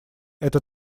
это